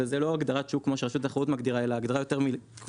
וזה לא הגדרת שוק כמו שרשות התחרות מגדירה אלא הגדרה יותר כוללנית,